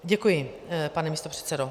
Děkuji, pane místopředsedo.